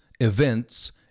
events